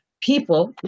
people